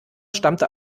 stammte